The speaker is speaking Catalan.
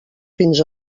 fins